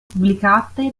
pubblicate